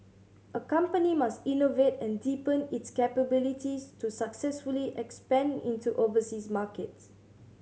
a company must innovate and deepen its capabilities to successfully expand into overseas markets